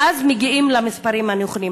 ואז מגיעים למספרים הנכונים.